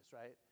right